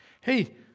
hey